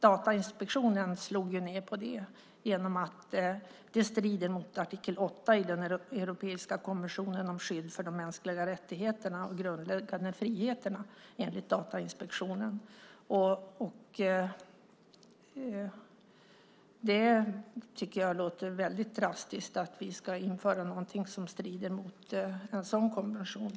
Datainspektionen slog ned på det eftersom det enligt Datainspektionen strider mot artikel 8 i den europeiska konventionen om skydd för de mänskliga rättigheterna och grundläggande friheterna. Det verkar väldigt drastiskt att vi ska införa något som strider mot en sådan konvention.